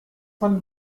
man